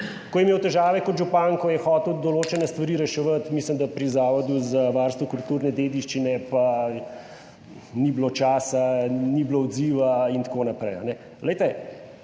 ko je imel težave kot župan, ko je hotel določene stvari reševati, mislim, da pri Zavodu za varstvo kulturne dediščine, pa ni bilo časa, ni bilo odziva in tako naprej.